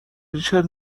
ریچل